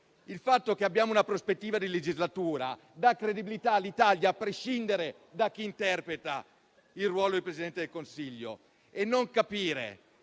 Il fatto che abbiamo una prospettiva di legislatura dà credibilità all'Italia, a prescindere da chi interpreta il ruolo di Presidente del Consiglio. Non capite